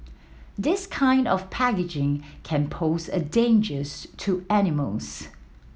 this kind of packaging can pose a dangers to animals